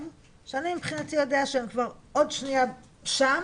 שאני מבחינתי יודע שהם כבר עוד שנייה שם,